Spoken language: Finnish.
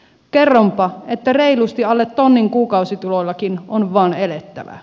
kerronpa että reilusti alle tonnin kuukausituloillakin on vain elettävä